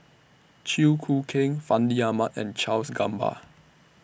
Chew Choo Keng Fandi Ahmad and Charles Gamba